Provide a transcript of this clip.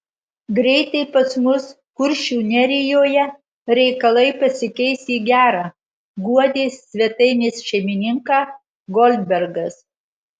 greitai pas mus kuršių nerijoje reikalai pasikeis į gera guodė svetainės šeimininką goldbergas